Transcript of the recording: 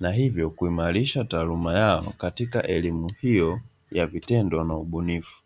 na hivyo kuimarisha taaluma yao katika elimu hiyo ya vitendo na ubunifu.